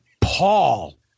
Paul